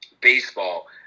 baseball